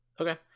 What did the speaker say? okay